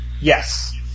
Yes